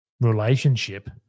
relationship